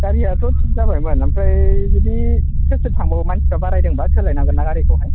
गारियाथ' थिक जाबायमोन ओमफ्राय जुदि सोर सोर थांबावो मानसिया बारायदोंबा सोलायनांगोन्ना गारिखौहाय